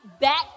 back